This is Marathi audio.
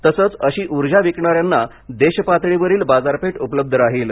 तसंच अशी ऊर्जा विकणाऱ्यांना देश पातळीवरील बाजारपेठ उपलब्ध राहील